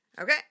Okay